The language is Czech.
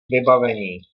vybavení